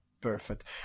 Perfect